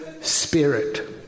spirit